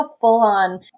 full-on